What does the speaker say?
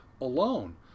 alone